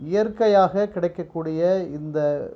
இயற்கையாக கிடைக்கக்கூடிய இந்த